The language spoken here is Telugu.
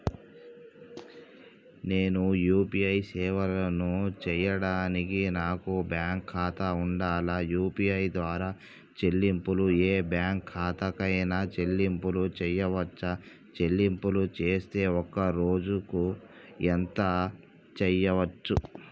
నేను యూ.పీ.ఐ సేవలను చేయడానికి నాకు బ్యాంక్ ఖాతా ఉండాలా? యూ.పీ.ఐ ద్వారా చెల్లింపులు ఏ బ్యాంక్ ఖాతా కైనా చెల్లింపులు చేయవచ్చా? చెల్లింపులు చేస్తే ఒక్క రోజుకు ఎంత చేయవచ్చు?